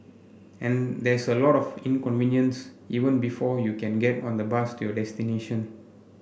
and there's a lot of inconvenience even before you can get on the bus to your destination